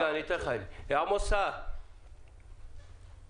עמוס סער